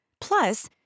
Plus